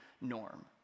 norm